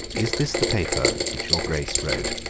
is this the paper which your grace wrote,